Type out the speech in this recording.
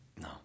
No